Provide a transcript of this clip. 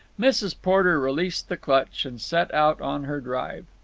mrs. porter released the clutch and set out on her drive.